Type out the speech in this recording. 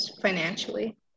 financially